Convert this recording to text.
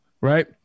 right